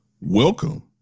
Welcome